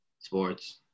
Sports